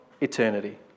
eternity